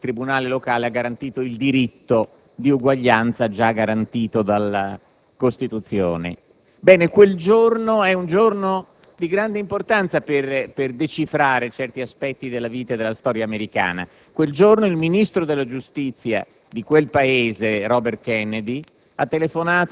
il tribunale locale aveva riconosciuto il diritto di uguaglianza, già garantito dalla Costituzione. Ebbene, quello è un giorno di grande importanza per decifrare certi aspetti della vita e della storia americana. Quel giorno, infatti, il Ministro della giustizia di quel Paese, Robert Kennedy,